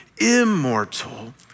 immortal